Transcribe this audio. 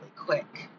quick